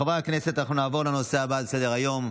חברי הכנסת, אנחנו נעבור לנושא הבא על סדר-היום,